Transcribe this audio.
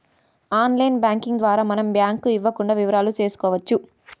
online banking ద్వారా మనం bank ఇవ్వకుండా వివరాలు చూసుకోవచ్చు